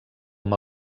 amb